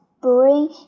bring